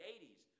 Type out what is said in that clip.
80s